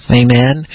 amen